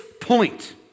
point